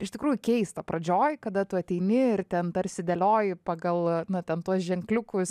iš tikrųjų keista pradžioj kada tu ateini ir ten tarsi dėlioji pagal na ten tuos ženkliukus